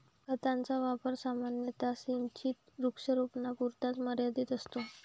खताचा वापर सामान्यतः सिंचित वृक्षारोपणापुरता मर्यादित असतो